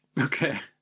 Okay